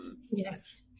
Yes